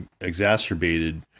exacerbated